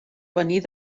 venir